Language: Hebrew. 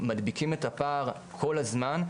מדביקים את הפער כל הזמן,